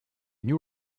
new